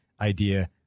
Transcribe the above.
idea